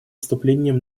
вступлением